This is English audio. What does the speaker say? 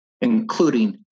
including